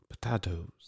potatoes